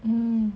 hmm